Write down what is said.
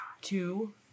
two